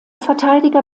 verteidiger